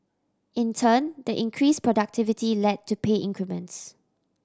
in turn the increased productivity led to pay increments